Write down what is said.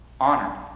Honor